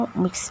mix